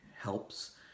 helps